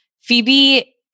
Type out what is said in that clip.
Phoebe